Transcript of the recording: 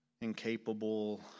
incapable